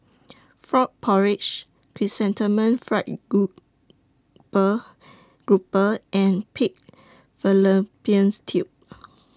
Frog Porridge Chrysanthemum Fried Grouper Grouper and Pig Fallopian's Tubes